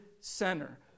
center